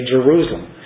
Jerusalem